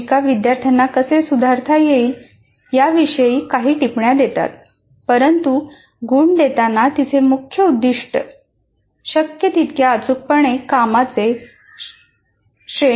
शिक्षिका विद्यार्थ्यांना कसे सुधारता येईल याविषयी काही टिप्पण्या देतात परंतु गुण देताना तिचे मुख्य उद्दीष्ट शक्य तितक्या अचूकपणे कामाचे श्रेणीकरण करणे होय